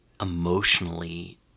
emotionally